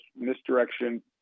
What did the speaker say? misdirection